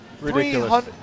Ridiculous